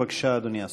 בבקשה, אדוני השר.